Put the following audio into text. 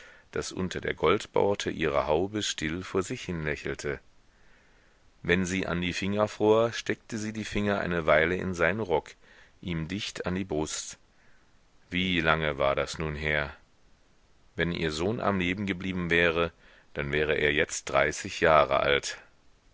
das unter der goldborte ihrer haube still vor sich hinlächelte wenn sie an die finger fror steckte sie die finger eine weile in seinen rock ihm dicht an die brust wie lange war das nun her wenn ihr sohn am leben geblieben wäre dann wäre er jetzt dreißig jahre alt